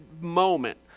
moment